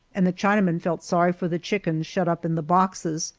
and the chinaman felt sorry for the chickens shut up in the boxes,